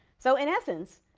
so in essence,